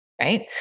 right